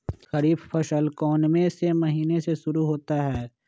खरीफ फसल कौन में से महीने से शुरू होता है?